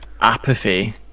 apathy